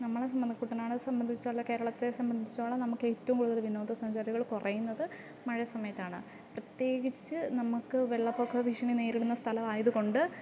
നമ്മളെ കുട്ടനാടിനെ സംബന്ധിച്ചോളം കേരളത്തെ സംബന്ധിച്ചോളം നമുക്ക് ഏറ്റവും കൂടുതല് വിനോദസഞ്ചാരികള് കുറയുന്നത് മഴ സമയത്താണ് പ്രത്യേകിച്ച് നമുക്ക് വെള്ളപ്പൊക്ക ഭീഷണി നേരിടുന്ന സ്ഥലമായതുകൊണ്ട്